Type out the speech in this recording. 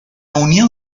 unión